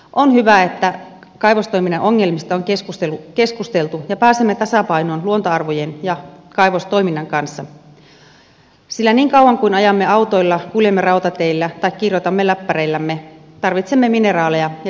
on hyvä että kaivostoiminnan ongelmista on keskusteltu ja pääsemme tasapainoon luontoarvojen ja kaivostoiminnan kanssa sillä niin kauan kuin ajamme autoilla kuljemme rautateillä tai kirjoitamme läppäreillämme tarvitsemme mineraaleja ja kaivannaisia